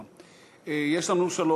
כיוון שהנושא חשוב.